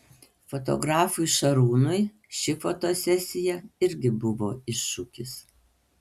fotografui šarūnui ši fotosesija irgi buvo iššūkis